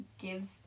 gives